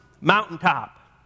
mountaintop